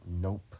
Nope